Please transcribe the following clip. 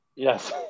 Yes